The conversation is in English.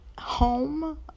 Home